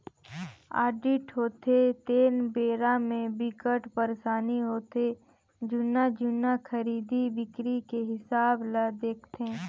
audit होथे तेन बेरा म बिकट परसानी होथे जुन्ना जुन्ना खरीदी बिक्री के हिसाब ल देखथे